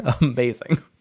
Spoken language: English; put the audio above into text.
amazing